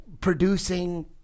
producing